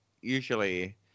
usually